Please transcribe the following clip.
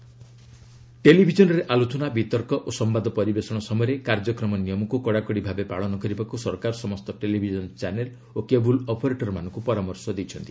MIB advisory ଟେଲିଭିଜନ୍ରେ ଆଲୋଚନା ବିତର୍କ ଓ ସମ୍ବାଦ ପରିବେଶଣ ସମୟରେ କାର୍ଯ୍ୟକ୍ରମ ନିୟମକ୍ତ କଡ଼ାକଡ଼ି ଭାବେ ପାଳନ କରିବାକୁ ସରକାର ସମସ୍ତ ଟେଲିଭିଜନ୍ ଚ୍ୟାନେଲ୍ ଓ କେବୁଲ୍ ଅପରେଟରମାନଙ୍କୁ ପରାମର୍ଶ କାରି କରିଛନ୍ତି